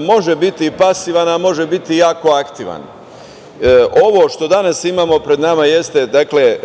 može biti pasivan, a može biti i jako aktivan. Ovo što danas imamo pred nama jeste, dakle